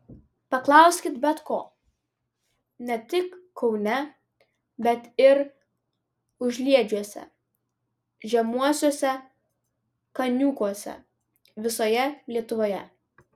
paklauskit bet ko ne tik kaune bet ir užliedžiuose žemuosiuose kaniūkuose visoje lietuvoje